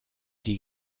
die